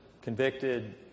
convicted